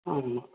ஆமாம்